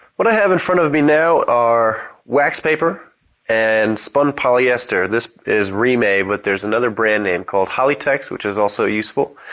what i have in front of me now are wax paper and spun polyester. this is reemay but there is another brand name called hollytex which is also useful.